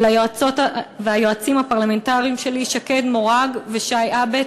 ליועץ וליועצת הפרלמנטריים שלי שקד מורג ושי הבט,